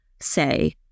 say